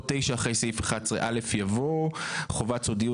בהארכתו."; (9)אחרי סעיף 11א יבוא: "חובת סודיות